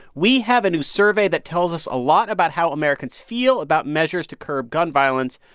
we have a new survey that tells us a lot about how americans feel about measures to curb gun violence.